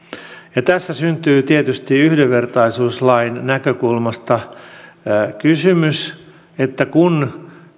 ja tässä syntyy tietysti yhdenvertaisuuslain näkökulmasta kysymys että kun